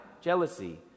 jealousy